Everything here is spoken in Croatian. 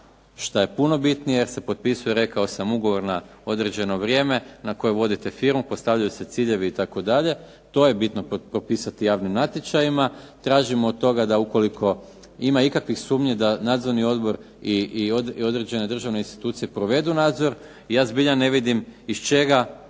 što je puno bitnije, jer se potpisuje rekao sam ugovor na određeno vrijeme na koje vodite firmu. Postavljaju se ciljevi itd. To je bitno propisati javnim natječajima. Tražimo od toga da ukoliko ima ikakvih sumnji da nadzorni odbor i određene državne institucije provedu nadzor ja zbilja ne vidim iz čega